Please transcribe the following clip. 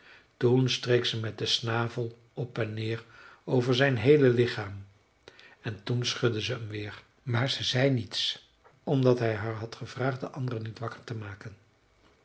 toen streek ze met den snavel op en neer over zijn heele lichaam en toen schudde ze hem weer maar ze zei niets omdat hij haar had gevraagd de anderen niet wakker te maken